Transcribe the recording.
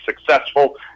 successful